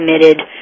committed